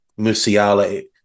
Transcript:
Musiala